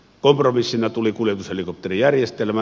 kompromissina tuli kuljetushelikopterijärjestelmä